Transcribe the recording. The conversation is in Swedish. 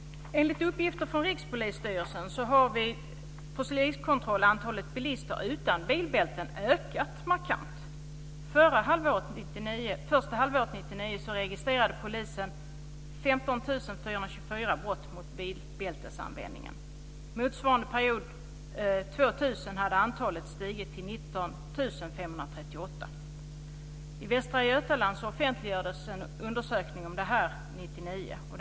Enligt uppgifter från Rikspolisstyrelsen har vid poliskontroller antalet bilister utan bilbälten ökat markant. Under det första halvåret 1999 registrerade polisen 15 424 brott mot bilbälteslagen. Under motsvarande period 2000 hade antalet stigit till 19 538. I Västra Götaland offentliggjordes en undersökning om detta 1999.